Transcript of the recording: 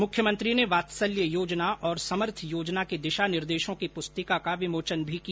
मुख्यमंत्री ने वात्सल्य योजना और समर्थ योजना के दिशा निर्देशों की पुस्तिका का विमोचन भी किया